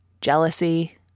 jealousy